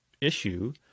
issue